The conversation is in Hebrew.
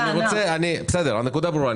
הנקודה ברורה.